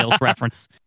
reference